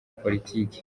politiki